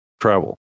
travel